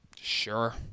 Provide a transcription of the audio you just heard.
Sure